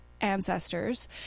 ancestors